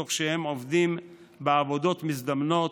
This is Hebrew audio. תוך שהם עובדים בעבודות מזדמנות,